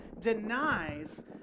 denies